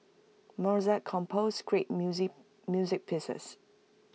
Mozart composed great music music pieces